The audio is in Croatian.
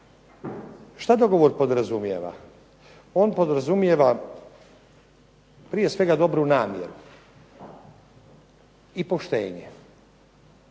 Šta dogovor podrazumijeva? On podrazumijeva prije svega dobru namjeru i poštenje.